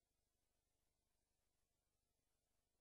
אני